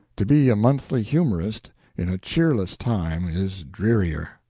to be a monthly humorist in a cheerless time is drearier.